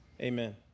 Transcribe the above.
Amen